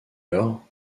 lors